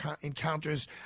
encounters